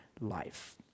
life